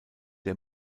der